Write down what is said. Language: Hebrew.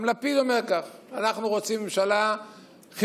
גם לפיד אומר כך: אנחנו רוצים ממשלה חילונית,